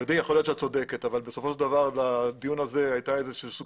יכול להיות שאת צודקת אבל בסופו של דבר בדיון הזה היה איזשהו סוג